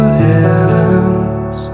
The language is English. heavens